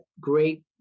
great